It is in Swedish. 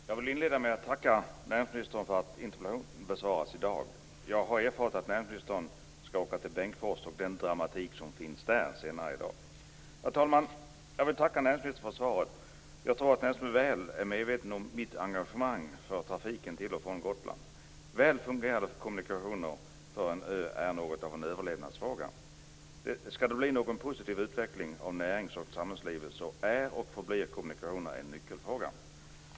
Fru talman! Jag vill inleda med att tacka näringsministern för att min interpellation besvaras i dag. Jag har erfarit att näringsministern senare i dag skall åka till Bengtsfors och den dramatik som finns där. Jag tackar alltså näringsministern för svaret. Jag tror att näringsministern är väl medveten om mitt engagemang för trafiken till och från Gotland. Väl fungerande kommunikationer för en ö är något av en överlevnadsfråga. Skall det bli en positiv utveckling av närings och samhällslivet, då är, och förblir, kommunikationerna en nyckelfråga.